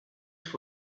for